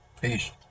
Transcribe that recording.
peace